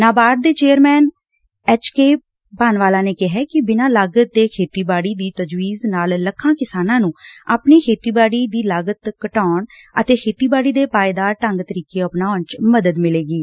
ਨਾਬਾਰਡ ਦੇ chairman H K Bhanwala ਨੇ ਕਿਹੈ ਕਿ ਬਿਨਾਂ ਲਾਗਤ ਦੇ ਖੇਤੀਬਾੜੀ ਦੀ ਤਜਵੀਜ਼ ਨਾਲ ਲੱਖਾਂ ਕਿਸਾਨਾਂ ਨੂੰ ਆਪਣੀ ਖੇਤੀਬਾਤੀ ਲਾਗਤ ਘਟਾਉਣ ਲਿਆਉਣ ਅਤੇ ਖੇਤੀਬਾਤੀ ਦੇ ਪਾਏਦਾਰ ਢੰਗ ਤਰੀਕੇ ਅਪਣਾਉਣ ਚ ਮਦਦ ਮਿਲੇਗੀ